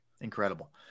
Incredible